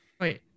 Wait